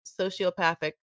sociopathic